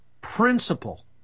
principle